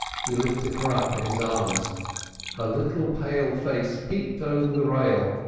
he lifted her up in his arms her little pale face peeped over the rail,